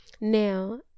Now